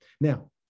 now